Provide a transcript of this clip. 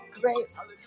grace